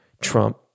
Trump